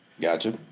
Gotcha